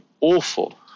awful